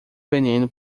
veneno